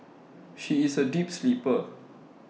she is A deep sleeper